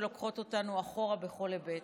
שלוקחות אותנו אחורה בכל היבט: